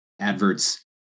adverts